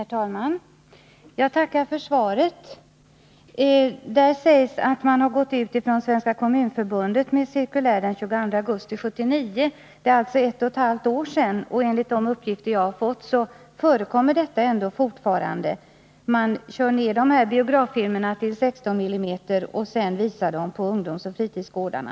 Herr talman! Jag tackar för svaret. I svaret sägs att Svenska kommunförbundet har gått ut med ett cirkulär den 22 augusti 1979 — alltså för ett och ett halvt år sedan. Ändå förekommer, enligt de uppgifter som jag har fått, fortfarande sådan här filmvisning. Biograffilmerna överförs till 16 mm-film, som sedan visas på ungdomsoch fritidsgårdarna.